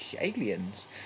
aliens